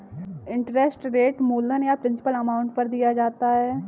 interest rate मूलधन या principal amount पर दिया जाता है